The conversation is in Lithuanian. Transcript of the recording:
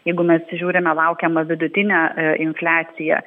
jeigu mes žiūrime laukiamą vidutinę infliaciją